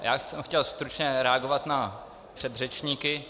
Já jsem chtěl stručně reagovat na předřečníky.